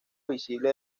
visible